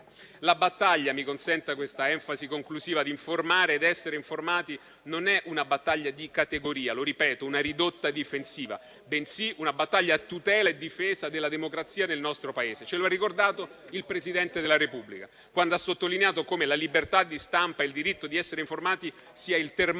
La battaglia - mi consenta questa enfasi conclusiva - di informare ed essere informati è una battaglia non di categoria - lo ripeto - una ridotta difensiva, bensì una battaglia a tutela e difesa della democrazia nel nostro Paese. Ce lo ha ricordato il Presidente della Repubblica quando ha sottolineato come la libertà di stampa e il diritto di essere informati siano il termometro